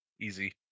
Easy